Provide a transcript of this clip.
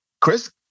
Chris